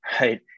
right